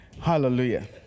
Hallelujah